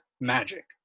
Magic